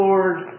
Lord